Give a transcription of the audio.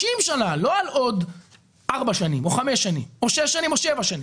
שנים ולא על עוד ארבע או חמש שנים או שש או שבע שנים,